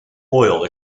oil